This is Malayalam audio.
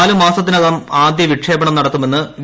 നാലുമാസത്തിനകം ആദ്യവിക്ഷേപണം നടത്തുമെന്ന് വി